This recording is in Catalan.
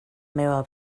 meua